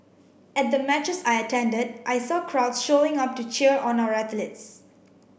at the matches I attended I saw crowd showing up to cheer on our athletes